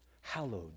hallowed